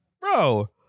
bro